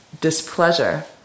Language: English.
displeasure